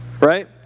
right